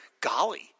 Golly